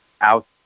out